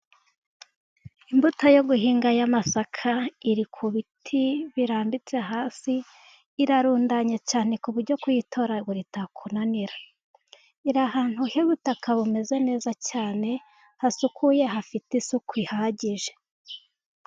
Imbuto yo guhinga y'amasaka iri ku biti birambitse hasi, irarundanye cyane ku buryo kuyitoragura itakunanira, iri ahantu h'ubutaka bumeze neza cyane, hasukuye hafite isuku ihagije.